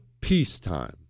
peacetime